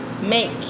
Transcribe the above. make